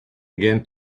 again